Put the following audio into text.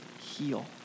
heal